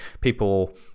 people